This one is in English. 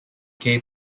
kay